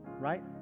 Right